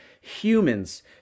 humans